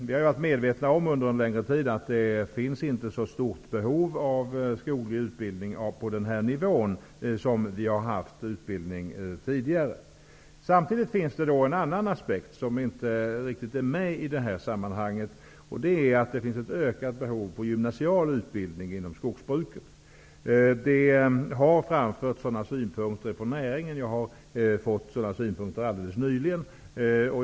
Vi har under en längre tid varit medvetna om att det inte finns så stort behov som tidigare av skoglig utbildning på den här nivån. Samtidigt finns det en annan aspekt, som inte riktigt är med i sammanhanget, och det är att det finns ett ökat behov av gymnasial utbildning inom skogsbruket. Det har framförts sådana synpunkter från näringen, också helt nyligen till mig.